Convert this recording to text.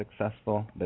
successful